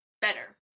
better